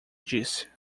disse